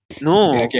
No